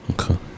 Okay